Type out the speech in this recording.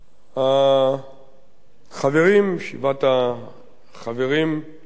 ישיבת החברים ליד